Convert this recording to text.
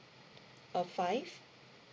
uh five